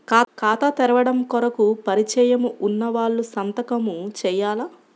ఖాతా తెరవడం కొరకు పరిచయము వున్నవాళ్లు సంతకము చేయాలా?